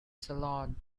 salon